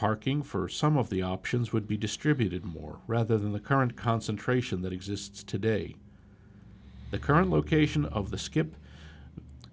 parking for some of the options would be distributed more rather than the current concentration that exists today the current location of the skip